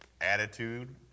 attitude